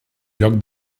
lloc